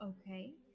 okay